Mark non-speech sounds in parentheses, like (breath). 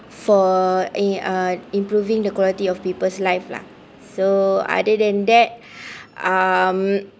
for a uh improving the quality of people's life lah so other than that (breath) um